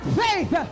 faith